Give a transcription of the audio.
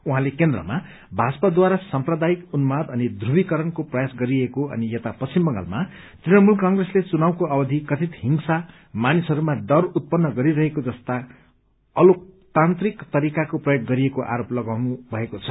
उहाँले केन्द्रमा भाजपाद्वारा सम्प्रदायिक उन्माद अनि ध्रुवीकरणको प्रयास गरिएको अनि यता पश्चिम बंगालमा तृणमूल कंप्रेसले चुनावको अवधि कथित हिंसा मानिसहरूमा डर उत्पन्न गरिरहेको जस्ता अलोकतान्त्रिक तरिकाको प्रयोग गरिएको आरोप लगाउनुभएको छ